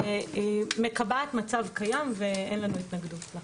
מקבעת מצב קיים ואין לנו התנגדות.